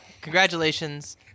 Congratulations